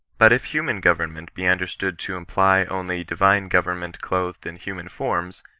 but if human government be understood to imply only divine government clothed in human forms,